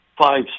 five